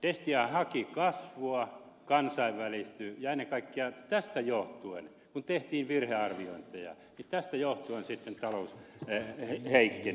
destia haki kasvua kansainvälistyi ja ennen kaikkea tästä johtuen kun tehtiin virhearviointeja talous heikkeni